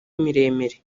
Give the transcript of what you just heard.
miremire